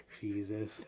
Jesus